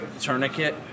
tourniquet